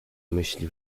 myśli